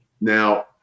Now